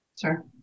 Sure